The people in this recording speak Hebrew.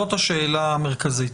זאת השאלה המרכזית.